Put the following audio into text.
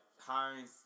hiring